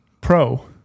Pro